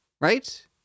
right